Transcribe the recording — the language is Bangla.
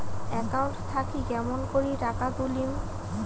একাউন্ট থাকি কেমন করি টাকা তুলিম?